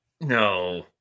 No